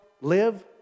live